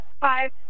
five